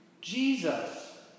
Jesus